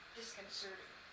disconcerting